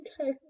Okay